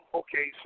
okay